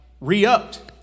re-upped